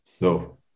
No